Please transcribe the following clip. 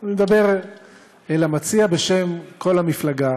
אני מדבר אל המציע בשם כל המפלגה